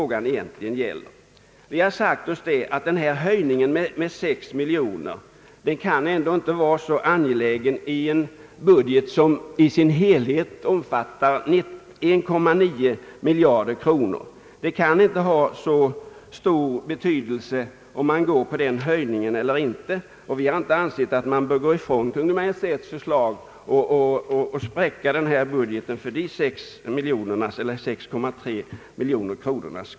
Vi anser att en höjning med 6 miljoner ändå inte kan vara så angelägen i en budget som i sin helhet omfattar 1,9 miljard kronor. Det kan inte ha så stor betydelse om man bifaller den höjningen eller inte. Utskottet anser inte att man bör gå ifrån Kungl. Maj:ts förslag för dessa 6,3 miljoner kronor.